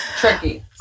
Tricky